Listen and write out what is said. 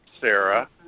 Sarah